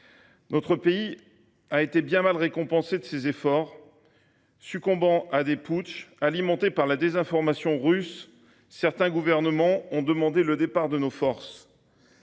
Notre pays a été bien mal récompensé de ses efforts. Succombant à des putschs alimentés par la désinformation russe, certains gouvernements ont demandé le départ de nos forces.